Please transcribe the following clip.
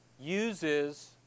uses